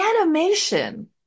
animation